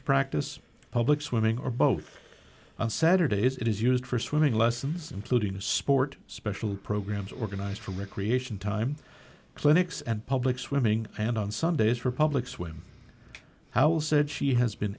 practice public swimming or both on saturdays it is used for swimming lessons including sport special programs organized for recreation time clinics and public swimming and on sundays for public swim house said she has been